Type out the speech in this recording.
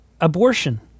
abortion